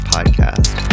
Podcast